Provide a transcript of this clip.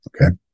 Okay